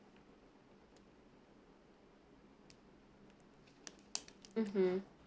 mmhmm